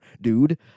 dude